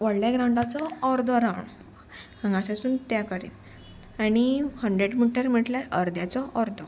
व्हडल्या ग्राउंडाचो अर्द राउंड हांगासून त्या कडेन आनी हंड्रेड म्हणटर म्हटल्यार अर्द्याचो अर्दो